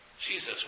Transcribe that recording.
Jesus